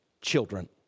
children